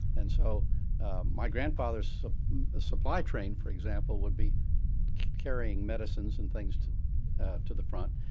and so my grandfather's supply train, for example, would be carrying medicines and things to to the front.